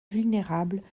vulnérable